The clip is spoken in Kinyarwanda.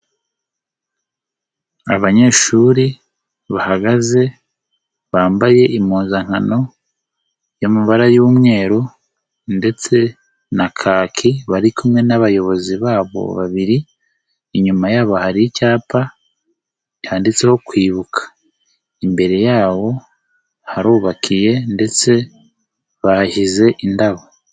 Abanyeshuri bahagaze bambaye impuzankano y'amabara y'umweru ndetse na kaki bari kumwe n'abayobozi babo babiri, inyuma yabo hari icyapa cyanditseho kwibuka, imbere yabo harubakiye ndetse bahashyize indabo.